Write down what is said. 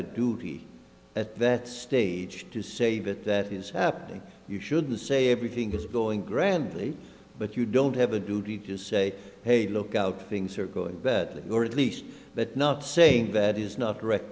a duty at that stage to save it that is happening you shouldn't say everything is going grandly but you don't have a duty to say hey look out things are good that or at least that not saying that is not correct